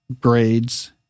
grades